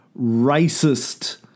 racist